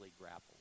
grapple